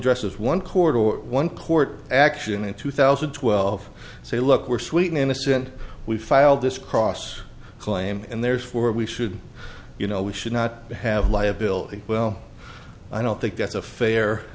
dresses one court or one court action in two thousand and twelve say look we're sweet innocent we filed this cross claim and therefore we should you know we should not have liability well i don't think that's a fair